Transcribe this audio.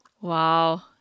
Wow